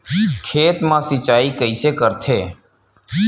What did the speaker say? खेत मा सिंचाई कइसे करथे?